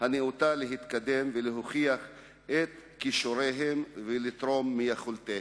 הנאותה להתקדם ולהוכיח את כישוריהם ולתרום מיכולותיהם.